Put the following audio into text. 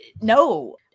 no